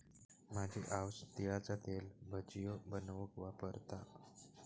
माझी आऊस तिळाचा तेल भजियो बनवूक वापरता